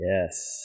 Yes